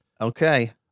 Okay